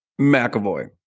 McAvoy